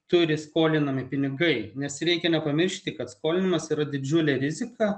turi skolinami pinigai nes reikia nepamiršti kad skolinimas yra didžiulė rizika